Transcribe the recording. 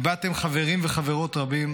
איבדתם חברים וחברות רבים,